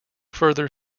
further